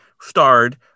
starred